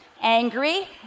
angry